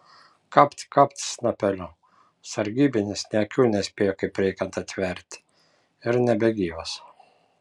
kapt kapt snapeliu sargybinis nė akių nespėjo kaip reikiant atverti ir nebegyvas